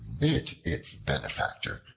bit its benefactor,